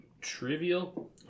trivial